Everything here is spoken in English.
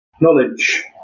knowledge